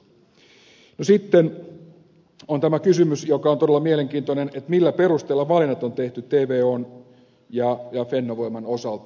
sitten on tämä kysymys joka on todella mielenkiintoinen että millä perusteilla valinnat on tehty tvon ja fennovoiman osalta